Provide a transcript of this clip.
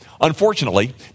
Unfortunately